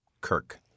Kirk